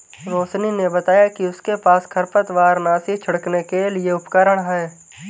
रोशिनी ने बताया कि उसके पास खरपतवारनाशी छिड़कने के लिए उपकरण है